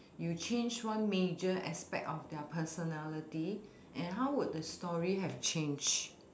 you change one major aspect of their personality and how would the story have changed